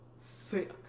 thick